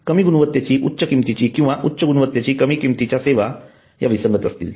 कमी गुणवत्तेची उच्च किंमतीची किंवा उच्च गुणवत्तेची कमी किंमतीच्या सेवा या विसंगत असतील